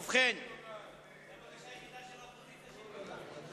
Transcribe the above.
זו הבקשה היחידה של האופוזיציה שהתקבלה.